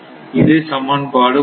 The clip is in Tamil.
இது சமன்பாடு 3